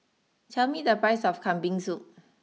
tell me the price of Kambing Soup